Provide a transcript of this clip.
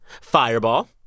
Fireball